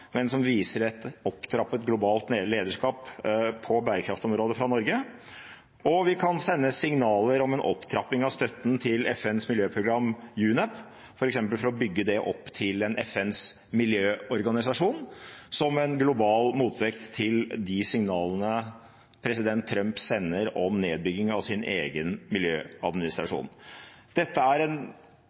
men som viser et opptrappet globalt lederskap på bærekraftsområdet fra Norge. Og vi kan sende signaler om en opptrapping av støtten til FNs miljøprogram, UNEP, f.eks. for å bygge det opp til en FNs miljøorganisasjon, som en global motvekt til de signalene president Trump sender om nedbygging av sin egen miljøadministrasjon. Dette er eksempler på mer tydelige tiltak, med en